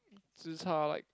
zi-char like